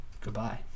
Goodbye